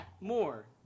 more